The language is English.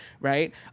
right